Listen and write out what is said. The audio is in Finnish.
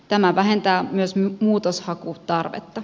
tämä vähentää myös muutoshakutarvetta